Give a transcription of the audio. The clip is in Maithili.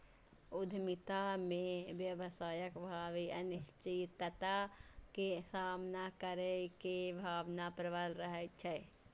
उद्यमिता मे व्यवसायक भावी अनिश्चितता के सामना करै के भावना प्रबल रहै छै